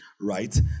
right